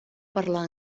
parlar